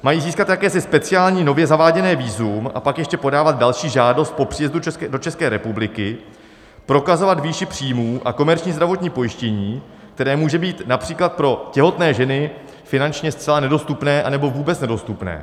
Mají získat jakési speciální, nově zaváděné vízum, a pak ještě podávat další žádost po příjezdu do České republiky, prokazovat výši příjmů a komerční zdravotní pojištění, které může být například pro těhotné ženy finančně nedostupné, nebo vůbec nedostupné.